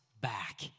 back